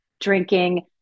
drinking